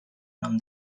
nom